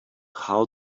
how